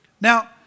Now